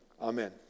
Amen